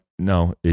No